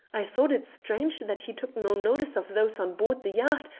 i thought it strange that he took no notice of those on board the yacht,